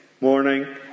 Morning